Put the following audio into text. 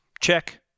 check